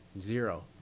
Zero